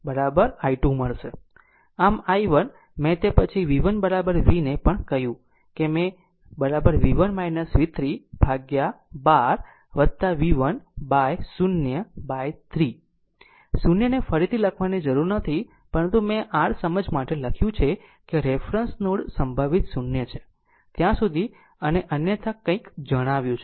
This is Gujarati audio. આમ i1 મેં તે પછી v1 v ને પણ કહ્યું કે મેં v1 v3 by 12 v1 by 0 by 3 0 ને ફરીથી લખવાની જરૂર નથી પરંતુ મેં r સમજ માટે લખ્યું છે કે રેફરન્સ નોડ સંભવિત 0 છે ત્યાં સુધી અને અન્યથા કંઈક જણાવ્યું છે